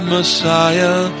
Messiah